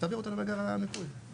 תעביר אותו למאגר המיפוי.